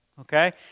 Okay